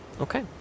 Okay